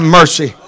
mercy